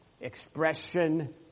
expression